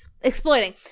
Exploiting